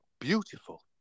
beautiful